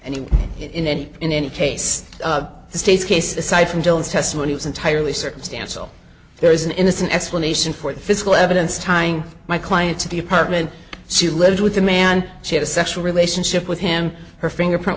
and in any in any case the state's case aside from jones testimony was entirely circumstantial there is an innocent explanation for the physical evidence tying my client to the apartment she lived with the man she had a sexual relationship with him her fingerprint